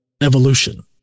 evolution